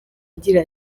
agira